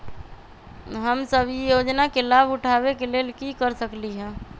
हम सब ई योजना के लाभ उठावे के लेल की कर सकलि ह?